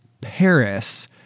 Paris